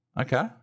okay